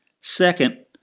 Second